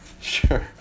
Sure